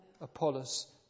Apollos